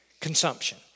Consumption